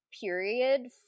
period